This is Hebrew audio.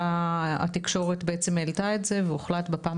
התקשורת העלתה את זה והוחלט בפעם